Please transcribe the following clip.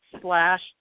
slash